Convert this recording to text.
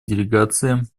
делегациям